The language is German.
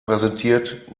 präsentiert